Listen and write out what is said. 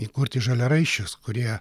įkurti žaliaraiščius kurie